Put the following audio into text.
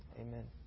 Amen